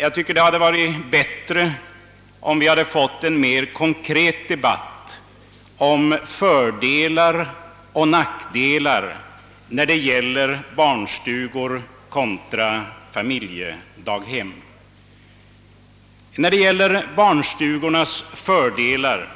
Det hade enligt min mening varit bättre om vi hade fått en mer konkret debatt om fördelar och nackdelar när det gäller barnstugor kontra familjedaghem. Barnstugornas fördelar